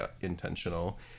intentional